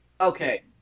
Okay